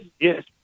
Yes